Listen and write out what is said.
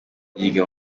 yiga